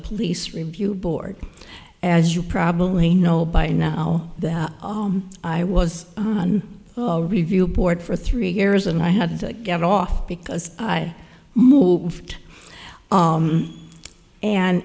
police review board as you probably know by now that i was on a review board for three years and i had to get off because i moved